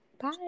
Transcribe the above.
Bye